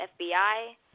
FBI